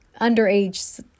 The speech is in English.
underage